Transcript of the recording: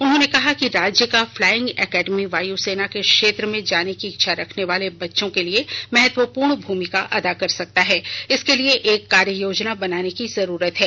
उन्होंने कहा कि राज्य का फ्लाइंग एकेडमी वायु सेना के क्षेत्र में जाने की इच्छा रखने वाले बच्चों के लिए महत्वपूर्ण भूमिका अदा कर सकता है इसके लिए एक कार्य योजना बनाने की जरूरत है